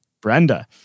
Brenda